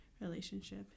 relationship